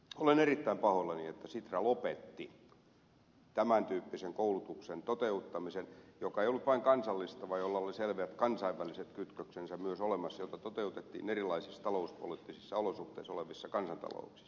olen erittäin pahoillani että sitra lopetti tämäntyyppisen koulutuksen toteuttamisen joka ei ollut vain kansallista vaan jolla oli selvät kansainväliset kytköksensä myös olemassa jota toteutettiin erilaisissa talouspoliittisissa olosuhteissa olevissa kansantalouksissa